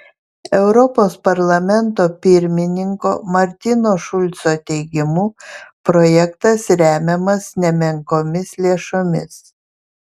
europos parlamento pirmininko martino šulco teigimu projektas remiamas nemenkomis lėšomis